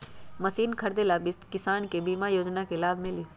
Machine खरीदे ले किसान के बीमा योजना के लाभ मिली?